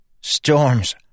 Storms